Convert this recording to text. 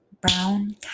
Brown